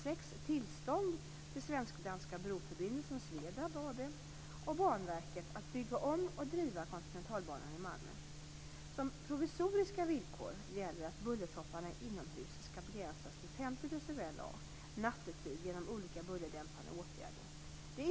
Samtidigt beräknas dock antalet tåg på banan att öka till drygt 200 per dygn.